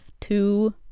two